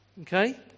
Okay